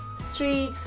three